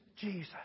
Jesus